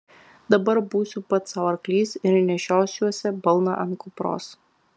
dabar būsiu pats sau arklys ir nešiosiuosi balną ant kupros